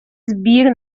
збір